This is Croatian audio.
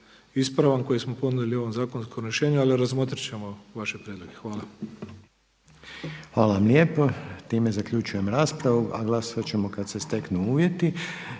ispravan koji smo ponudili u ovom zakonskom rješenju ali razmotrit ćemo vaše prijedloge. Hvala. **Reiner, Željko (HDZ)** Hvala lijepa. Time zaključujem raspravu, a glasovat ćemo kada se steknu uvjeti.